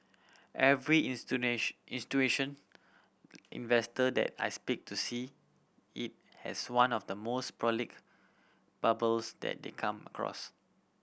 every investor that I speak to see it as one of the most bubbles that they come across